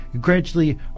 gradually